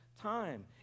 time